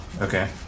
Okay